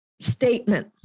statement